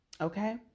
Okay